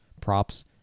props